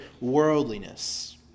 worldliness